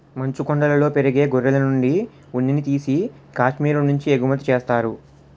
మంచుకొండలలో పెరిగే గొర్రెలనుండి ఉన్నిని తీసి కాశ్మీరు నుంచి ఎగుమతి చేత్తారు